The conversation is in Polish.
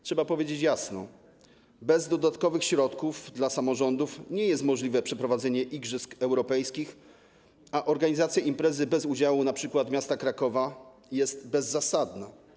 Trzeba powiedzieć jasno: bez dodatkowych środków dla samorządów nie jest możliwe przeprowadzenie igrzysk europejskich, a organizacja imprezy bez udziału np. miasta Krakowa jest bezzasadna.